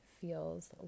feels